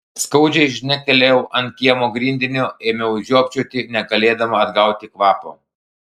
skaudžiai žnektelėjau ant kiemo grindinio ėmiau žiopčioti negalėdama atgauti kvapo